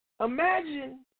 Imagine